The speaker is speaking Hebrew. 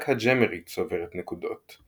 רק הג'אמרית צוברת נקודות.